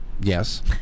yes